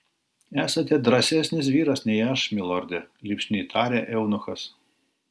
esate drąsesnis vyras nei aš milorde lipšniai tarė eunuchas